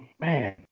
Man